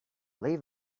leave